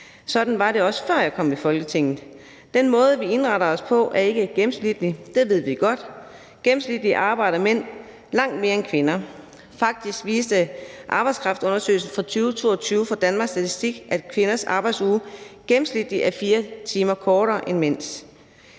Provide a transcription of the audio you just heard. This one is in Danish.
Sådan var det også, før jeg kom i Folketinget. Den måde, vi indretter os på, er ikke gennemsnitlig, det ved vi godt. Gennemsnitligt arbejder mænd langt mere end kvinder. Faktisk viste arbejdskraftundersøgelsen fra 2022 fra Danmarks Statistik, at kvinders arbejdsuge gennemsnitligt er 4 timer kortere end mænds.